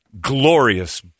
glorious